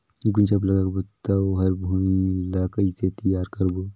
गुनजा लगाबो ता ओकर भुईं ला कइसे तियार करबो?